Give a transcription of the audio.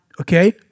Okay